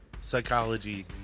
psychology